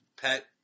pet